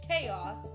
chaos